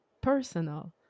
personal